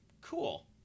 cool